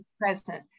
present